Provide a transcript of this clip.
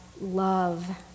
love